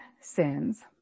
sins